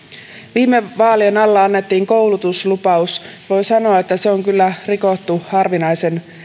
viime vaalien alla annettiin koulutuslupaus voi sanoa että se on kyllä rikottu harvinaisen